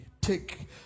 take